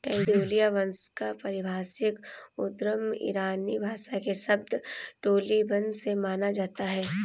ट्यूलिया वंश का पारिभाषिक उद्गम ईरानी भाषा के शब्द टोलिबन से माना जाता है